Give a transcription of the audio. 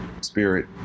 spirit